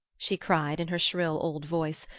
she cried in her shrill old voice,